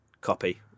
copy